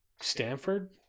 Stanford